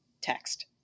text